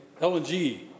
LNG